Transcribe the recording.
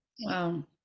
Wow